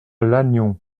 lannion